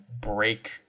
break